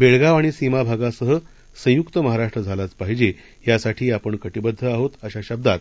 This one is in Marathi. बेळगाव आणि सीमाभागासह संयुक्त महाराष्ट्र झालाच पाहिजे यासाठी आपण कटिबद्ध आहोत अशा शब्दात